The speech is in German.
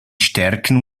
stärken